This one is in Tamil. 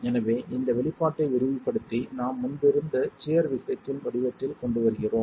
எனவே இந்த வெளிப்பாட்டை விரிவுபடுத்தி நாம் முன்பு இருந்த சியர் விகிதத்தின் வடிவத்தில் கொண்டு வருகிறோம்